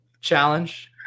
challenge